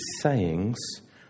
sayings